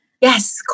Yes